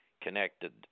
connected